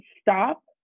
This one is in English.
stop